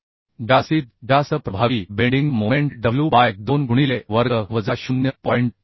तर जास्तीत जास्त प्रभावी बेंडिंग मोमेंट wबाय 2 गुणिले वर्ग वजा 0